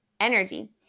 energy